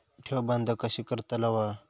ठेव बंद कशी करतलव?